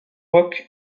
roch